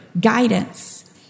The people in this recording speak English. guidance